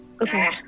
Okay